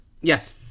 Yes